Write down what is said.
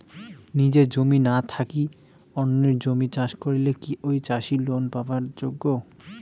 নিজের জমি না থাকি অন্যের জমিত চাষ করিলে কি ঐ চাষী লোন পাবার যোগ্য?